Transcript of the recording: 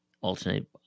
alternate